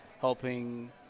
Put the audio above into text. helping